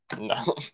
no